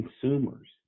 consumers